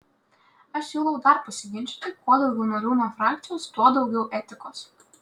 aš siūlau dar pasiginčyti kuo daugiau narių nuo frakcijos tuo daugiau etikos